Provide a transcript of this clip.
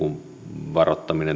varoittamista